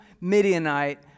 Midianite